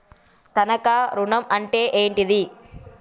తనఖా ఋణం అంటే ఏంటిది?